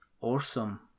awesome